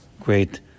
great